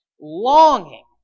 longing